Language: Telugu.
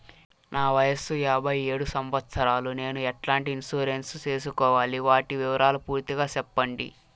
నా వయస్సు యాభై ఏడు సంవత్సరాలు నేను ఎట్లాంటి ఇన్సూరెన్సు సేసుకోవాలి? వాటి వివరాలు పూర్తి గా సెప్పండి?